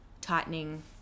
tightening